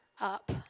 up